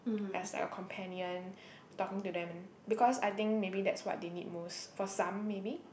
as like a companion talking to them because I think maybe that's what they need most for some maybe